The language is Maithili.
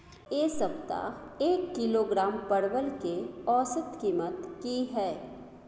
ऐ सप्ताह एक किलोग्राम परवल के औसत कीमत कि हय?